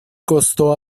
costó